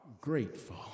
grateful